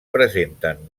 presenten